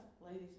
ladies